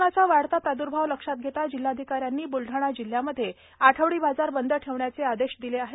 कोरोनाचा वाढता प्रादुर्भाव लक्षात घेता जिल्हाधिकारी यांनी बुलडाणा जिल्ह्यामध्ये आठवडी बाजार बंद ठेवण्याचे आदेश दिले आहेत